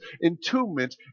entombment